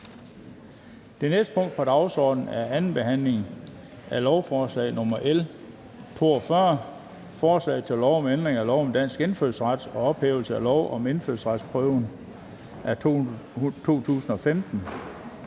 Det næste punkt på dagsordenen er: 6) 2. behandling af lovforslag nr. L 42: Forslag til lov om ændring af lov om dansk indfødsret og ophævelse af lov om indfødsretsprøven af 2015.